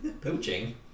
poaching